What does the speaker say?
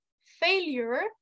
failure